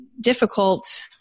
difficult